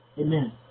Amen